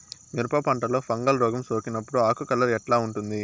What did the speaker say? మిరప పంటలో ఫంగల్ రోగం సోకినప్పుడు ఆకు కలర్ ఎట్లా ఉంటుంది?